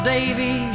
Davy